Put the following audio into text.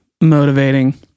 motivating